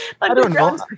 Underground